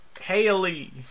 Haley